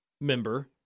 member